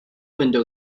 window